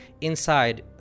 inside